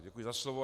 Já děkuji za slovo.